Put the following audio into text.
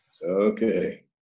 Okay